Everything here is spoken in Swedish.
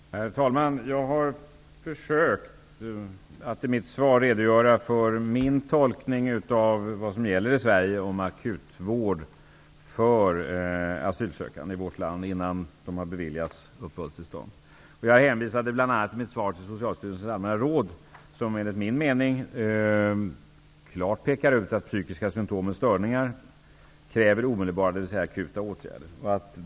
Herr talman! Jag har försökt att i mitt svar redogöra för min tolkning av vad som gäller i Sverige i fråga om akutvård för asylsökande innan de har beviljats uppehållstillstånd. Jag hänvisade bl.a. i mitt svar till Socialstyrelsens allmänna råd. Enligt min mening pekar detta råd klart ut att psykiska symtom och störningar kräver omedelbara, dvs. akuta, åtgärder.